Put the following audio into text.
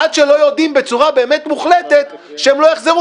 עד שלא יודעים בצורה מוחלטת שהם לא יחזרו